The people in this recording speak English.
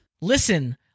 Listen